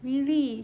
really